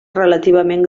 relativament